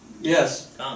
Yes